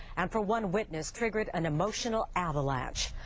and for one witness, triggered an emotional avalanche.